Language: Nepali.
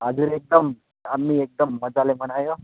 हजुर एकदम दामी एकदम मज्जाले मनायो